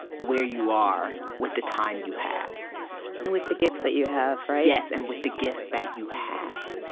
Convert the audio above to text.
where you are, with the time you have and with the gifts that you have, right? yes, and with the gifts that you have.